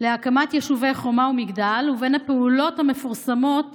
להקמת יישובי חומה ומגדל, ובין הפעולות המפורסמות